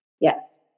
Yes